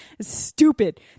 Stupid